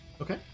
Okay